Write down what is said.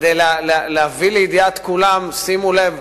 כדי להביא לידיעת כולם: שימו לב,